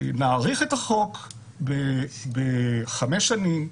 נאריך את החוק בחמש שנים,